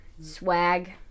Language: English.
Swag